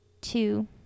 two